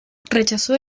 rechazó